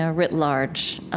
ah writ large